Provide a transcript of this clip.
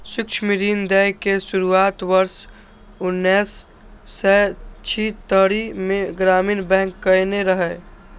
सूक्ष्म ऋण दै के शुरुआत वर्ष उन्नैस सय छिहत्तरि मे ग्रामीण बैंक कयने रहै